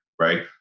right